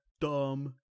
dumb